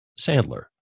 Sandler